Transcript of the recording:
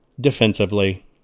defensively